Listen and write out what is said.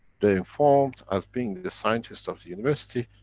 they informed, as being the scientists of the university,